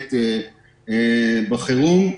למסוכנת בחירום.